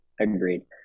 Agreed